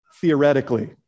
theoretically